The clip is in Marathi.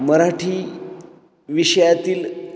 मराठी विषयातील